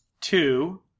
Two